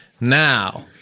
Now